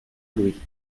brie